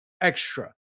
extra